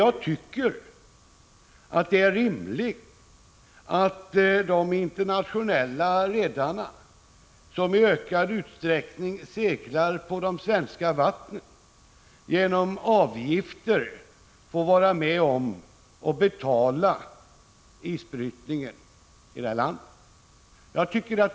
Jag tycker dock att det är rimligt att de internationella redarna, som i ökad 61 utsträckning seglar på de svenska vattnen, genom avgifter får vara med och betala isbrytningen här i landet.